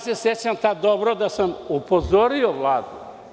Sećam se tada dobro da sam upozorio Vladu.